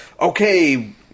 okay